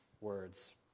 words